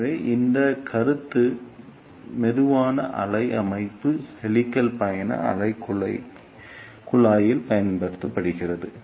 எனவே இந்த கருத்து மெதுவான அலை அமைப்பு ஹெலிக்ஸ் பயண அலைக் குழாயில் பயன்படுத்தப்படுகிறது